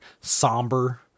somber